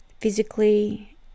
physically